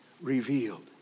revealed